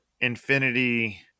Infinity